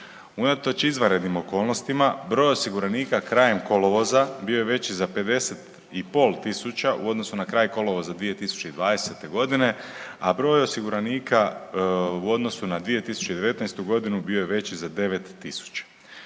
Unatoč izvanrednim okolnostima broj osiguranika krajem kolovoza bio je veći za 50 i pol tisuća u odnosu na kraj kolovoza 2020.g., a broj osiguranika u odnosu na 2019.g. bio je veći za 9.000.